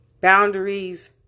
Boundaries